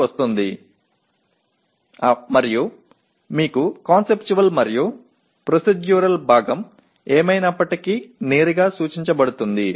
எனவே பரவலாக இது அறிவாற்றல் நிலைக்கு விண்ணப்பித்தல் மட்டும் கருத்தியல் மற்றும் நடைமுறை பகுதி எப்படியும் நேரடியாக குறிக்கப்படுகிறது